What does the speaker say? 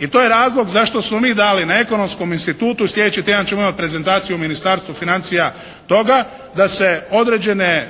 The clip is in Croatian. i to je razlog zašto smo mi dali na ekonomskom institutu i sljedeći tjedan ćemo imati prezentaciju u Ministarstvu financija toga, da se određene